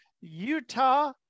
Utah